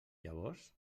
llavors